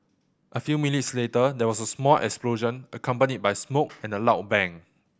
a few minutes later there was a small explosion accompanied by smoke and a loud bang